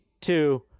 two